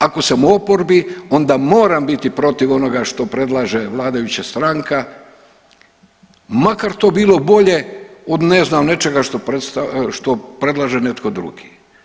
Ako sam u oporbi onda moram biti protiv onoga što predlaže vladajuća stranka makar to bilo bolje od ne znam nečega što predlaže netko drugo.